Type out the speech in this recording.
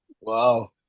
Wow